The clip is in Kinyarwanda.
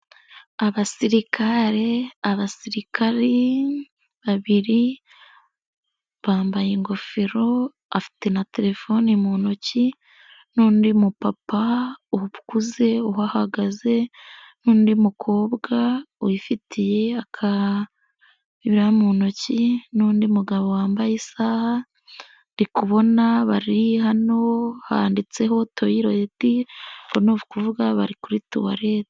Abasirikare abasirikari babiri bambaye ingofero afite na telefoni, mu ntoki n'undi mupapa ukuze uhagaze n'undi mukobwa wifitiye akabibiliya mu ntoki, n'undi mugabo wambaye isaha ndikubona bari hano handitseho toyieleti bivuga ngo bari kuri tuwaleti.